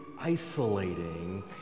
isolating